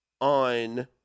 on